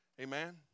amen